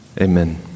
amen